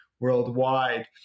Worldwide